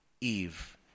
Eve